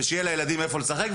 ושיהיה לילדים איפה לשחק,